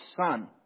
son